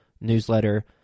newsletter